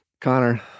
Connor